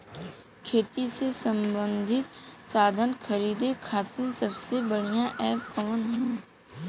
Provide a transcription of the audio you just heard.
खेती से सबंधित साधन खरीदे खाती सबसे बढ़ियां एप कवन ह?